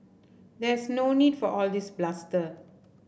there is no need for all this bluster